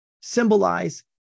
symbolize